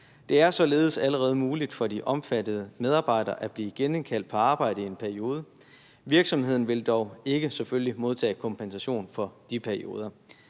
Der er således allerede muligt for de omfattede medarbejdere at blive genindkaldt på arbejde i en periode. Virksomheden vil dog selvfølgelig ikke modtage kompensation for de perioder.